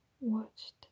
watched